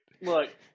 Look